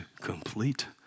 complete